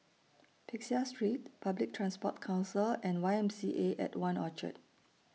Peck Seah Street Public Transport Council and Y M C A At one Orchard